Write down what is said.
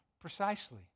Precisely